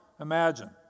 Imagine